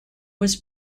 was